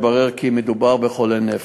התברר כי מדובר בחולה נפש.